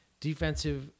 defensive